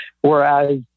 Whereas